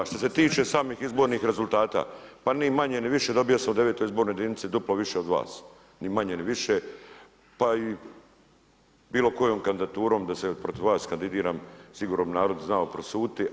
A što se tiče samih izbornih rezultata, pa ni manje ni više dobio sam u 9. izbornoj jedinici duplo više od vas ni manje ni više, pa i bilo kojom kandidaturom da se protiv vas kandidiram sigurno bi narod znao prosuditi.